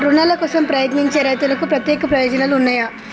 రుణాల కోసం ప్రయత్నించే రైతులకు ప్రత్యేక ప్రయోజనాలు ఉన్నయా?